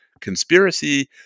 conspiracy